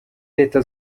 leta